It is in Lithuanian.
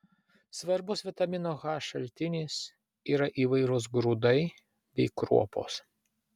svarbus vitamino h šaltinis yra įvairūs grūdai bei kruopos